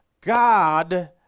God